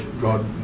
God